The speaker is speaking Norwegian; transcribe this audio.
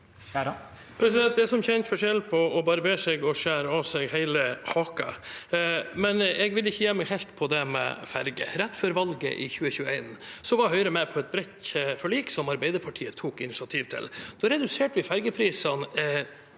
Det er som kjent forskjell på å barbere seg og å skjære av seg hele haken. Jeg vil ikke gi meg helt på det med ferje. Rett før valget i 2021 var Høyre med på et bredt forlik som Arbeiderpartiet tok initiativ til. Da reduserte vi ferjeprisene